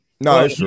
No